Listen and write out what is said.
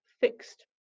fixed